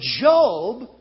Job